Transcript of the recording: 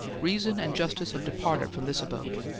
reason and justice have departed from this abode.